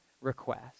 request